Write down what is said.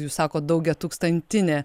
jūs sako daugiatūkstantinė